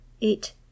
Eight